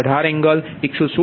18 angle 116